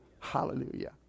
Hallelujah